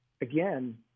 again